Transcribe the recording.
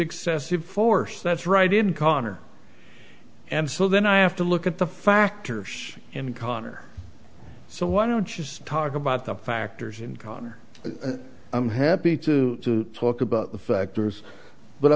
excessive force that's right in conner and so then i have to look at the factors in connor so why don't you just talk about the factors in connor i'm happy to talk about the factors but i